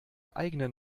eigene